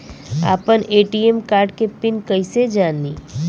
आपन ATM card के PIN कईसे जानी?